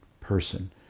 person